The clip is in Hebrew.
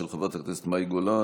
של חברת הכנסת מאי גולן,